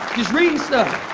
reading stuff.